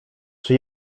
czy